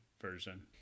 version